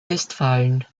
westfalen